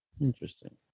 interesting